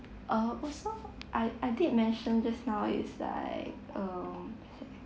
uh also I I did mention just now it's like um